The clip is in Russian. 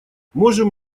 можем